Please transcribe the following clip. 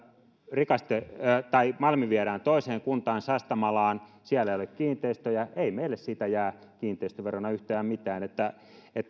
malmi viedään toiseen kuntaan sastamalaan siellä ei ole kiinteistöjä ei meille siitä jää kiinteistöverona yhtään mitään